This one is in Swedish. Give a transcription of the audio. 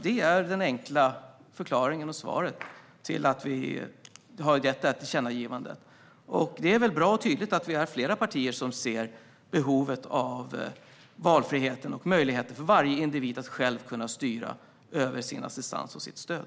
Det är den enkla förklaringen och svaret till tillkännagivandet. Det är bra och tydligt att flera partier ser behovet av valfrihet och möjlighet för varje individ att själv styra över sin assistans och sitt stöd.